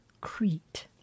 Crete